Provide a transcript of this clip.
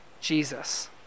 Jesus